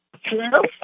Hello